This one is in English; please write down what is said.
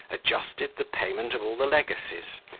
adjusted the payment of all the legacies,